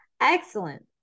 Excellent